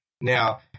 Now